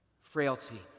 Frailty